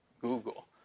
Google